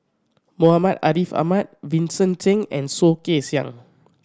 Muhammad Ariff Ahmad Vincent Cheng and Soh Kay Siang